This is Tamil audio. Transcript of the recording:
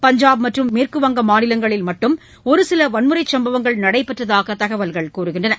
பஞ்சாப் மற்றும் மேற்கு வங்க மாநிலங்களில் மட்டும் ஒருசில வன்முறைச் சம்பவங்கள் நடைபெற்றதாக தகவல்கள் தெரிவிக்கின்றன